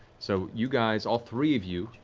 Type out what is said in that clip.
so you guys, all three of you,